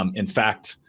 um in fact,